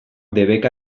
debeka